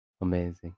Amazing